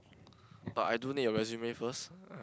but I do need your resume first